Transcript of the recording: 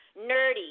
nerdy